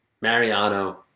Mariano